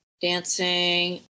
Dancing